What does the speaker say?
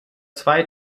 zwei